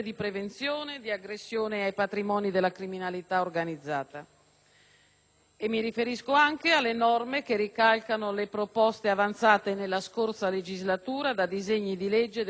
Mi riferisco anche alle norme che ricalcano le proposte avanzate nella scorsa legislatura da disegni di legge del Governo Prodi e che, naturalmente, ci trovano concordi.